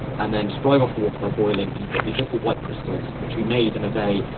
and then just drive off the water by boiling and you've got these little white crystals which we made in a day.